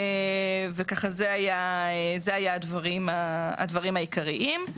אלה היו הדברים העיקריים.